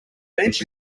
bench